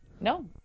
no